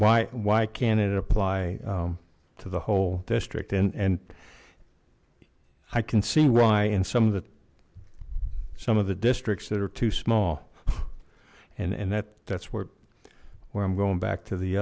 why why can't it apply to the whole district and and i can see why in some of the some of the districts that are too small and and that that's where we're i'm going back to the